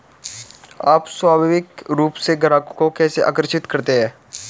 आप स्वाभाविक रूप से ग्राहकों को कैसे आकर्षित करते हैं?